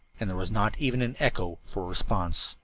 and there was not even an echo for response.